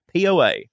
POA